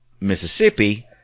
Mississippi